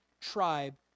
tribe